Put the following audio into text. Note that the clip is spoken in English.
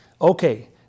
Okay